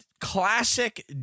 classic